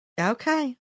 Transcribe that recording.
Okay